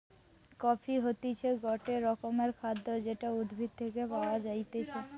coffee হতিছে গটে রকমের খাদ্য যেটা উদ্ভিদ থেকে পায়া যাইতেছে